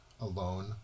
alone